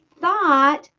thought